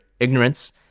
ignorance